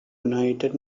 united